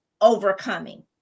overcoming